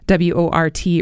WORT